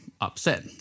upset